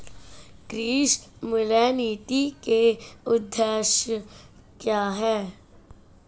कृषि मूल्य नीति के उद्देश्य क्या है?